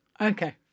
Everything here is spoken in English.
okay